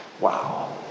Wow